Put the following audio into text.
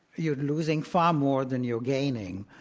you're losing far more than you're gaining.